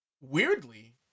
weirdly